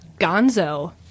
Gonzo